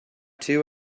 two